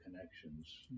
connections